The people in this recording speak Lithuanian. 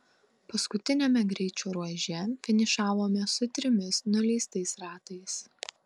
paskutiniame greičio ruože finišavome su trimis nuleistais ratais